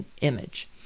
image